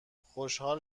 خوشحال